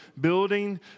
building